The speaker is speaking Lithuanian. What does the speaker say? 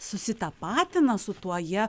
susitapatina su tuo jie